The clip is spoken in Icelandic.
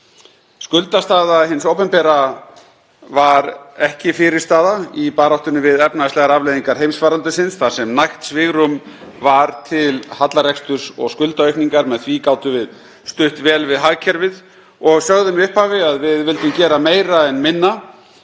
Skuldastaða hins opinbera var ekki fyrirstaða í baráttunni við efnahagslegar afleiðingar heimsfaraldursins þar sem nægt svigrúm var til hallareksturs og skuldaaukningar. Með því gátum við stutt vel við hagkerfið og sögðum í upphafi að við vildum gera meira en minna